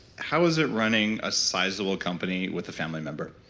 how is it running a sizable company with a family member?